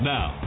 Now